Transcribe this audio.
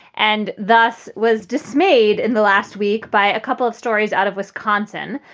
and thus was dismayed in the last week by a couple of stories out of wisconsin.